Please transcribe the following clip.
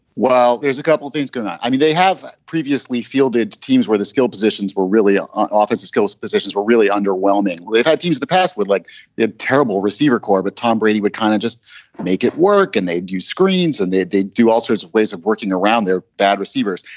well, there's a couple of things going on. i mean, they have previously fielded teams where the skill positions were really office skills. positions were really underwhelming. they've had teams the past would like a terrible receiver corps, but tom brady would kind of just make it work and they'd use screens and they did do all sorts of ways of working around their bad receivers.